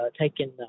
taking